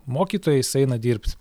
mokytojais eina dirbt